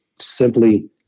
simply